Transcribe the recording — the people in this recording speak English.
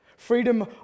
Freedom